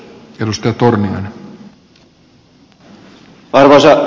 arvoisa puhemies